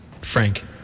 Frank